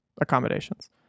accommodations